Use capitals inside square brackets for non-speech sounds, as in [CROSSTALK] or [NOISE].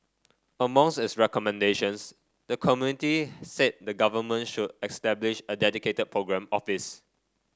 [UNINTELLIGIBLE] its recommendations the committee said the Government should establish a dedicated programme office